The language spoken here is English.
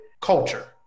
Culture